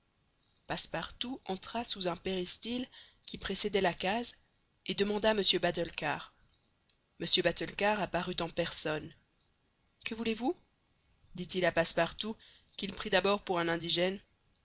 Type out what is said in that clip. passepartout entra sous un péristyle qui précédait la case et demanda mr batulcar mr batulcar apparut en personne que voulez-vous dit-il à passepartout qu'il prit d'abord pour un indigène